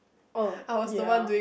oh ya